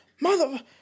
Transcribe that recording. Mother